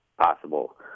possible